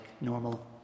normal